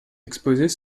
exposées